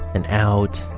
and out,